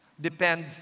depend